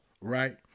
right